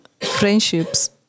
friendships